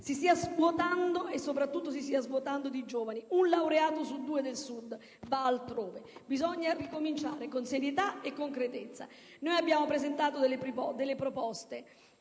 si sta svuotando e soprattutto si sta svuotando di giovani: un laureato su due del Sud va altrove. Bisogna ricominciare con serietà e concretezza. Abbiamo presentato alcune proposte